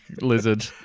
lizard